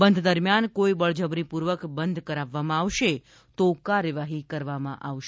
બંધ દરમ્યાન કોઇ બળજબરી પૂર્વક બંધ કરાવવામાં આવશે તો કાર્યવાહી કરવામાં આવશે